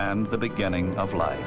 and the beginning of life